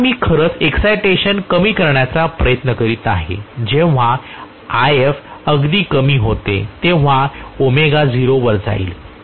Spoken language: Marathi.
आता मी खरंच एक्सायटेशन कमी करण्याचा प्रयत्न करीत आहे जेव्हा If अगदी कमी होते तेव्हा वर जाईल